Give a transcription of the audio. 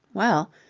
well,